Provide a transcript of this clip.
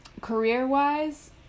Career-wise